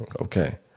okay